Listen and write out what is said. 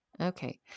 Okay